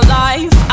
life